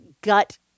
gut